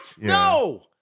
No